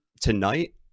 tonight